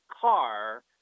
car